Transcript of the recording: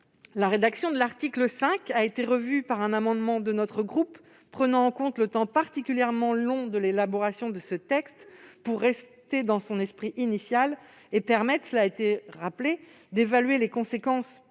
La rédaction de l'article 5 a été revue par un amendement de notre groupe. En prenant en compte le temps particulièrement long de l'élaboration de ce texte, nous avons cherché à rester dans son esprit initial et à permettre d'évaluer les conséquences,